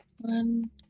one